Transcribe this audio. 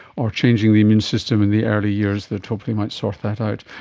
or changing the immune system in the early years that hopefully might sort that out.